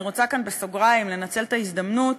אני רוצה לומר כאן בסוגריים, לנצל את ההזדמנות,